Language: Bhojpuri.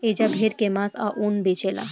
एजा भेड़ के मांस आ ऊन बेचाला